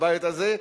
בבית הזה,